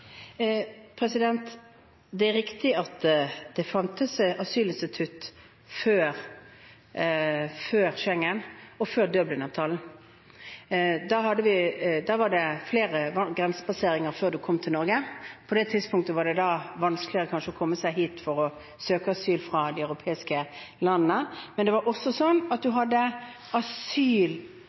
Det er riktig at det fantes asylinstitutt før Schengen og før Dublin-avtalen. Da var det flere grensepasseringer før man kom til Norge. På det tidspunktet var det kanskje vanskeligere å komme hit for å søke asyl fra de europeiske landene. Men det var også sånn at mennesker var i land etter land etter land og søkte om asyl,